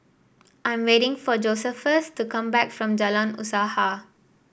I am waiting for Josephus to come back from Jalan Usaha